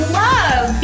love